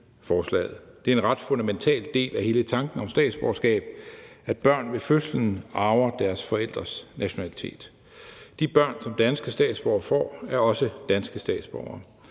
Det er en ret fundamental del af hele tanken om statsborgerskab, at børn ved fødslen arver deres forældres nationalitet. De børn, som danske statsborgere får, er også danske statsborgere,